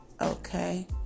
Okay